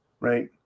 right